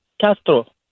Castro